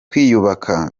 kwiyubaka